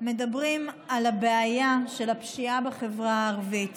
מדברים על הבעיה של הפשיעה בחברה הערבית,